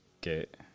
get